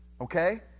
okay